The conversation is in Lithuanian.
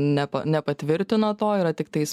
nepa nepatvirtino to yra tiktais